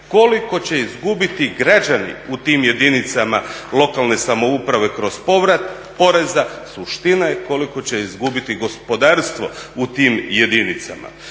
koliko će izgubiti građani u tim jedinice lokalne samouprave kroz povrat poreza, suština je koliko će izgubiti gospodarstvo u tim jedinicama.